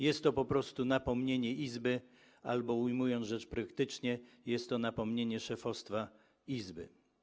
Jest to po prostu napomnienie Izby albo - ujmując rzecz praktycznie - napomnienie szefostwa Izby.